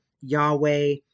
Yahweh